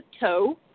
Toe